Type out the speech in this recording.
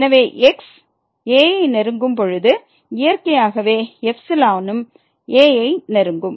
எனவே x a ஐ நெருங்கும் பொழுது இயற்கையாகவே ம் a ஐ நெருங்கும்